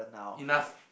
enough